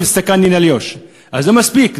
(חוזר על הדברים בשפה הרוסית) אז לא מספיק,